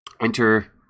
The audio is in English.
enter